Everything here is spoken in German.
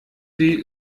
sie